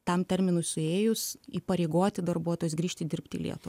tam terminui suėjus įpareigoti darbuotojus grįžti dirbt į lietuvą